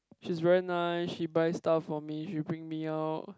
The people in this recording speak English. she's very nice she buy stuff for me she bring me out